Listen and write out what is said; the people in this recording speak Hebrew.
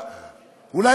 אולי,